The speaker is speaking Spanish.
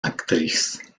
actriz